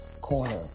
Corner